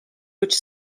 which